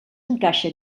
encaixa